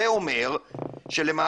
זה אומר שלמעשה,